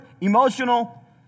emotional